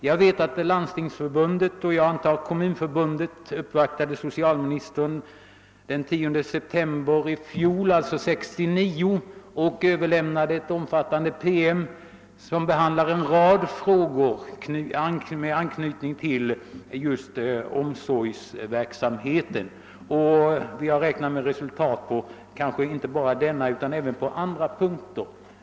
Jag vet att Landstingsförbundet uppvaktade socialministern — och jag antar att det gäller även Kommunförbundet — den 10 september 1969 och överlämnade en omfattande PM som behandlar en rad frågor med anknytning till just omsorgsverksamheten. Vi har räknat med resultat på inte bara denna utan även andra punkter.